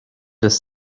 his